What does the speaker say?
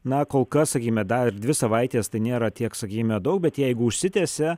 na kol kas sakykime dar dvi savaitės tai nėra tiek sakykime daug bet jeigu užsitęsia